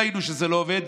ראינו שזה לא עובד,